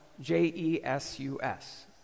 J-E-S-U-S